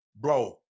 bro